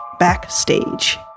backstage